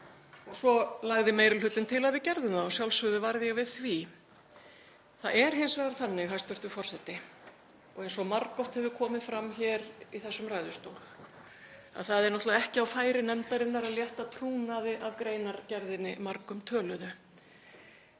Svo lagði meiri hlutinn til að við gerðum það og að sjálfsögðu varð ég við því. Það er hins vegar þannig, hæstv. forseti, eins og margoft hefur komið fram hér í þessum ræðustól, að það er náttúrlega ekki á færi nefndarinnar að létta trúnaði af greinargerðinni margumtöluðu.